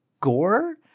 gore